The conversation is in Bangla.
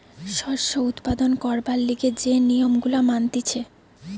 শস্য উৎপাদন করবার লিগে যে নিয়ম গুলা মানতিছে